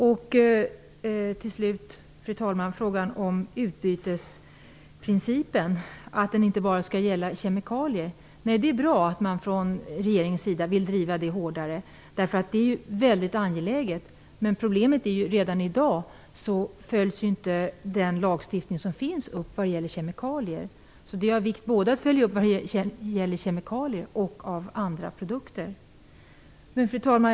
Så till frågan om att utbytesprincipen inte bara skall gälla kemikalier. Det är bra att man från regeringens sida vill driva det hårdare. Det är mycket angeläget, men problemet är att den lagstiftning som finns redan i dag när det gäller kemikalier inte följs upp. Det är av vikt att följa upp lagstiftningen när det gäller både kemikalier och andra produkter. Fru talman!